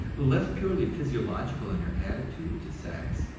less purely physiological in their attitude to sex,